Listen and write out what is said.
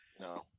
no